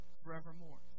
forevermore